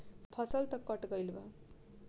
फसल तऽ कट गइल बा